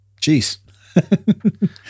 Jeez